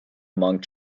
among